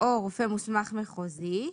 או רופא מוסמך מחוזי,